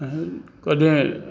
कॾहिं